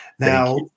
Now